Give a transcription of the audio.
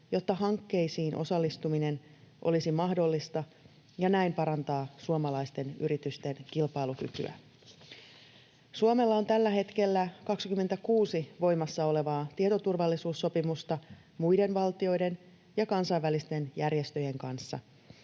jotta hankkeisiin osallistuminen olisi mahdollista, ja näin parantaa suomalaisten yritysten kilpailukykyä. Suomella on tällä hetkellä 26 voimassa olevaa tietoturvallisuussopimusta muiden valtioiden ja kansainvälisten järjestöjen kanssa.